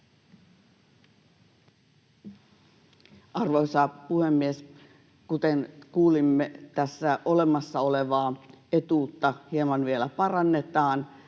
Arvoisa puhemies! Kuten kuulimme, tässä olemassa olevaa etuutta hieman vielä parannetaan,